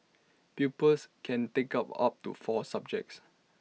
pupils can take up up to four subjects